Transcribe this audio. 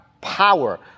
power